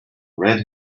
red